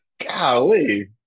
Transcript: golly